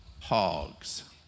hogs